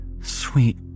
Sweet